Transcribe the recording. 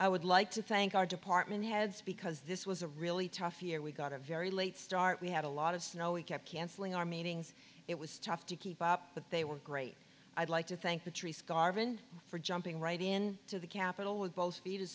i would like to thank our department heads because this was a really tough year we got a very late start we had a lot of snow we kept canceling our meetings it was tough to keep up but they were great i'd like to thank patrice garvan for jumping right in to the capitol with both feet as